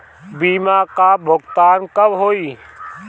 बीमा का भुगतान कब होइ?